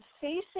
facing